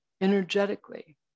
energetically